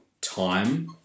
time